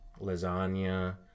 lasagna